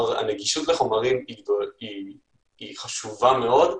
הנגישות לחומרים חשובה מאוד,